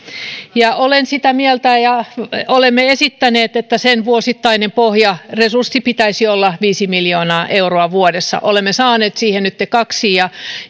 olen sitä mieltä ja olemme esittäneet että sen vuosittaisen pohjaresurssin pitäisi olla viisi miljoonaa euroa vuodessa olemme saaneet siihen nyt kaksi ja